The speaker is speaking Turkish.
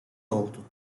oldu